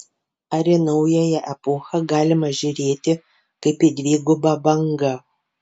ar į naująją epochą galima žiūrėti kaip į dvigubą bangą